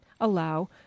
allow